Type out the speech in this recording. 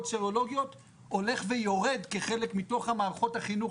סרולוגיות הולך ויורד במערכות החינוך?